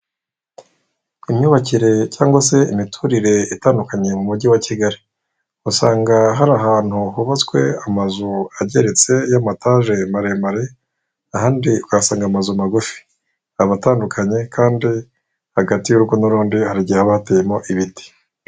Imyubakire cyangwa se imiturire itandukanye mu mujyi wa Kigali. Usanga hari ahantu hubatswe amazu ageretse y'amatage maremare, ahandi ukahasanga amazu magufi. Aba atandukanye kandi hagati y'urugo n'urundi hari igihe haba hateyemo ibiti.